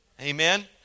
Amen